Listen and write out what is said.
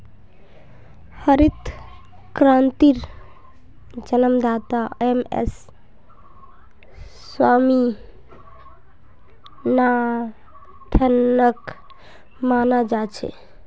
हरित क्रांतिर जन्मदाता एम.एस स्वामीनाथनक माना जा छे